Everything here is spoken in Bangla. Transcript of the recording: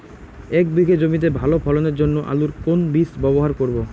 এক বিঘে জমিতে ভালো ফলনের জন্য আলুর কোন বীজ ব্যবহার করব?